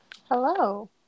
hello